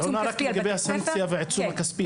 את עונה רק לגבי הסנקציה והעיצום הכספי.